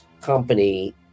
company